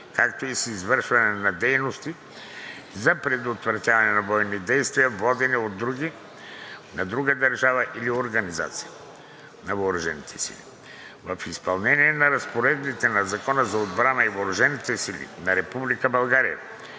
както и с извършване на дейности за предотвратяване на бойни действия, водени от други, на друга държава или организация на въоръжените сили. В изпълнение на разпоредбите на Закона за отбраната и въоръжените сили на